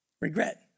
Regret